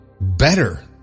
better